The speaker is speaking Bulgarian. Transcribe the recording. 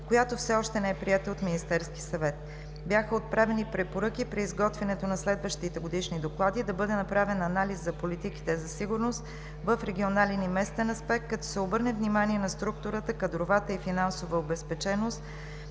която все още не е приета от Министерския съвет. Бяха отправени препоръки при изготвянето на следващите годишни доклади да бъде направен анализ на политиките за сигурност в регионален и местен аспект, като се обърне внимание на структурата, кадровата и финансова обезпеченост